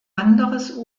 anderes